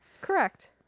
Correct